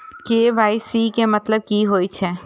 KYC के मतलब की होई छै?